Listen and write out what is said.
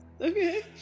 Okay